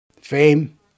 Fame